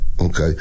okay